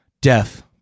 Death